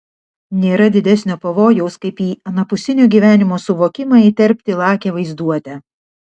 nėra didesnio pavojaus kaip į anapusinio gyvenimo suvokimą įterpti lakią vaizduotę